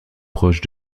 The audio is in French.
proche